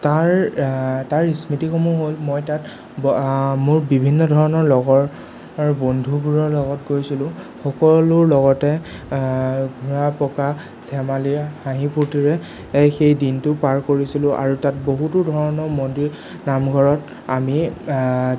তাৰ তাৰ স্মৃতিসমূহ হ'ল মই তাত মোৰ বিভিন্ন ধৰণৰ লগৰ বন্ধুবোৰৰ লগত গৈছিলোঁ সকলোৰ লগতে ঘূৰা পকা ধেমালিয়া হাঁহি ফুৰ্টিৰে সেই দিনটো পাৰ কৰিছিলোঁ আৰু তাত বহুতো ধৰণৰ মন্দিৰ নামঘৰত আমি